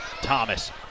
Thomas